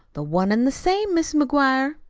the one and the same, mis' mcguire.